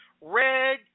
red